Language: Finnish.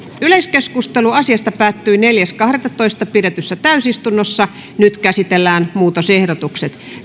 yleiskeskustelu asiasta päättyi neljäs kahdettatoista kaksituhattakahdeksantoista pidetyssä täysistunnossa nyt käsitellään muutosehdotukset